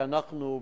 אנחנו,